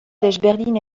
desberdin